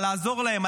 על לעזור להן,